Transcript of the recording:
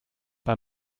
bei